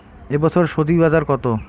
এ বছর স্বজি বাজার কত?